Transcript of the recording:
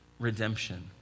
redemption